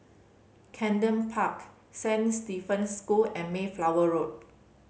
Camden Park Saint Stephen's School and Mayflower Road